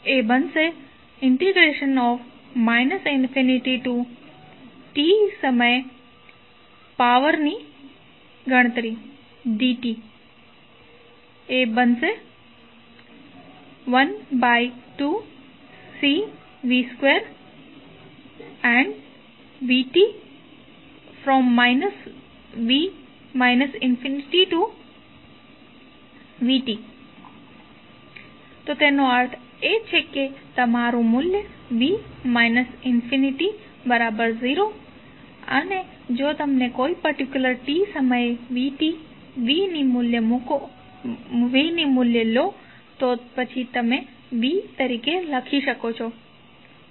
w ∞tpdτC ∞tvdvddτCv ∞vtvdv12Cv2|vtv ∞ તો તેનો અર્થ એ કે તમારું મૂલ્ય v ∞0 અને જો તમે કોઈ પર્ટિક્યુલર t સમયે vt v ની વેલ્યુ લો તો પછી તમે v તરીકે કહી શકશો